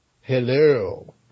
Hello